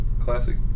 classic